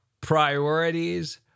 priorities